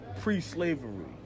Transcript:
pre-slavery